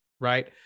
right